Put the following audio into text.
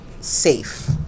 safe